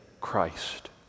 Christ